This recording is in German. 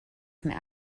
mehr